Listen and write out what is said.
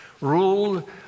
ruled